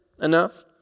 enough